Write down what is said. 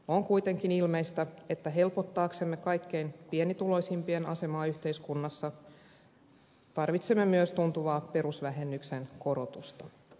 on kuitenkin ilmeistä että helpottaaksemme kaikkein pienituloisimpien asemaa yhteiskunnassa tarvitsemme myös tuntuvaa perusvähennyksen korotusta